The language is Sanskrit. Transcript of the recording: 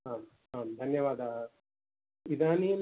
आम् आं धन्यवादाः इदानीम्